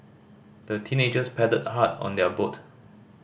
the teenagers paddled hard on their boat